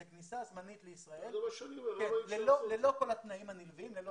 זו כניסה זמנית לישראל ללא כל התנאים הנלווים.